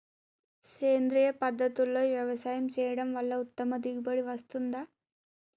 సేంద్రీయ పద్ధతుల్లో వ్యవసాయం చేయడం వల్ల ఉత్తమ దిగుబడి వస్తుందా?